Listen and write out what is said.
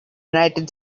united